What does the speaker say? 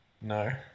No